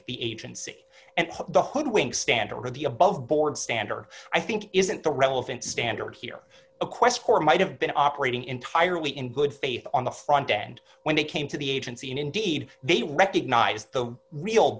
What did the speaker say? k the agency and the hoodwink stander of the above board stander i think isn't the relevant standard here a quest for might have been operating entirely in good faith on the front end when they came to the agency and indeed they recognize the real